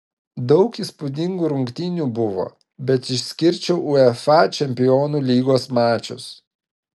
daug įspūdingų rungtynių buvo bet išskirčiau uefa čempionų lygos mačus